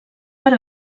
per